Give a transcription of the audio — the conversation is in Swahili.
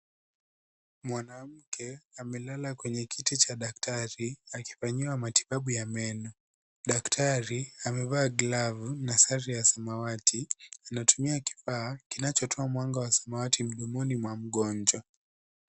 Mwanamke amelala kwenye kiti cha daktari, akifanyiwa matibabu ya meno. Daktari amevaa glavu na sare ya samawati. Anatumia kifaa kinachotoa mwanga wa samawati mdomoni mwa mgonjwa.